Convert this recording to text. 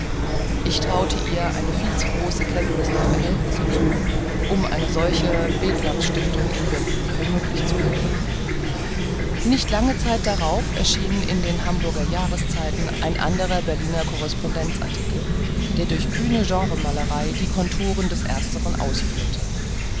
ich traute ihr eine viel zu große kenntniß der verhältnisse zu um eine solche bedlamsstiftung in berlin für möglich zu halten nicht lange zeit darauf erschien in den hamburger jahreszeiten ein anderer berliner correspondenzartikel der durch kühne genremalerei die conturen des ersten ausführte